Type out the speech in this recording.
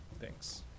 Thanks